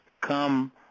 come